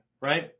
right